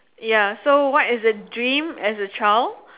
ya so what is a dream as a child